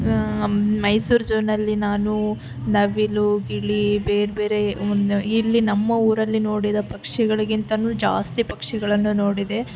ಮೈಸೂರು ಝೂನಲ್ಲಿ ನಾನು ನವಿಲು ಗಿಳಿ ಬೇರೆ ಬೇರೆ ಒಂದು ಇಲ್ಲಿ ನಮ್ಮ ಊರಲ್ಲಿ ನೋಡಿದ ಪಕ್ಷಿಗಳಿಗಿಂತನೂ ಜಾಸ್ತಿ ಪಕ್ಷಿಗಳನ್ನು ನೋಡಿದೆ